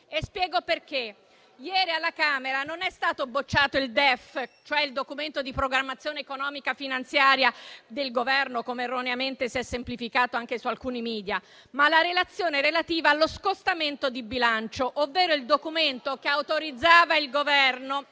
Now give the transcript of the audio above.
E spiego perché. Ieri alla Camera è stato bocciato non il DEF, cioè il Documento di economia e finanza del Governo - come erroneamente si è semplificato anche su alcuni *media* - ma la Relazione relativa allo scostamento di bilancio, ovvero il documento che autorizzava il Governo